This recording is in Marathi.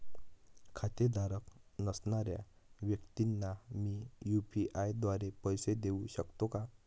खातेधारक नसणाऱ्या व्यक्तींना मी यू.पी.आय द्वारे पैसे देऊ शकतो का?